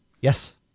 Yes